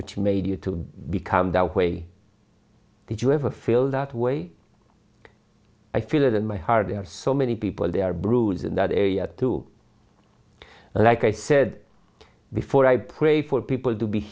which made you to become that way did you ever feel that way i feel it in my heart there are so many people there are bruised in that area too like i said before i pray for people to be